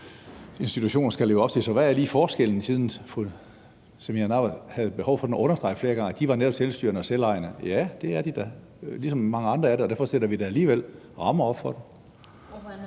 hvad er lige forskellen, siden fru Samira Nawa flere gange havde behov for at understrege, at de netop var selvstyrende og selvejende? Ja, det er de da, ligesom mange andre er det, og dem sætter vi alligevel rammer op for.